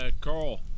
Carl